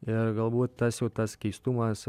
ir galbūt tas jau tas keistumas